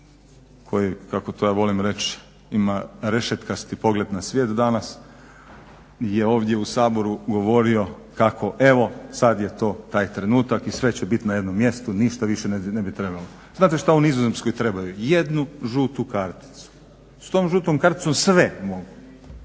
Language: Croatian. koji kako to ja volim reći ima rešetkasti pogled na svijet danas, je ovdje u Saboru govorio kako evo sad je to taj trenutak i sve će biti na jednom mjestu, ništa više ne bi trebalo. Znate šta u Nizozemskoj trebaju? Jednu žutu karticu. S tom žutom karticom sve mogu.